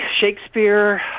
Shakespeare